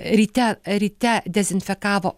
ryte ryte dezinfekavo